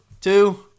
two